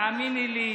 תאמיני לי,